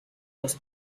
los